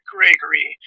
Gregory